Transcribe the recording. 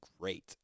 great